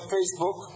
Facebook